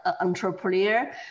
entrepreneur